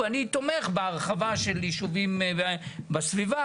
ואני תומך בהרחבה של יישובים בסביבה,